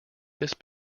this